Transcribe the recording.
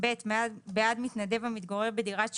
בעד מתנדב המתגורר בדירת שירות,